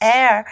Air